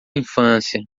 infância